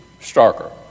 starker